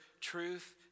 truth